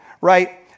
right